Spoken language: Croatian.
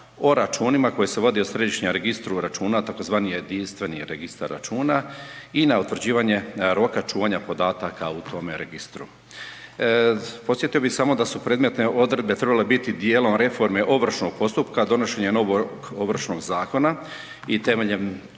o računima koji se vodi u središnjem registru računa tzv. jedinstveni registar računa i na utvrđivanje roka čuvanja podataka u tome registru. Podsjetio bih samo da su predmetne odredbe trebale biti dijelom reforme ovršnog postupka donošenjem novog Ovršnog zakona i temeljem njega,